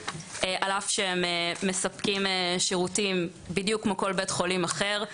על אף שהם מספקים שירותים בדיוק כמו כל בית חולים אחר,